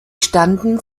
standen